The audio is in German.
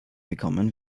bekommen